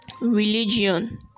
religion